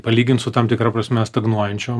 palygint su tam tikra prasme stagnuojančio